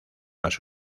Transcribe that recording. las